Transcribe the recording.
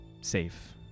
safe